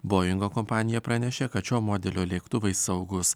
boingo kompanija pranešė kad šio modelio lėktuvai saugūs